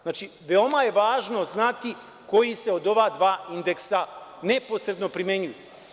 Znači, veoma je važno znati koji se od ova dva indeksa neposredno primenjuju.